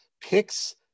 picks